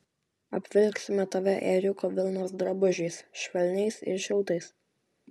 apvilksime tave ėriuko vilnos drabužiais švelniais ir šiltais